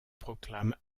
proclame